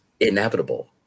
Inevitable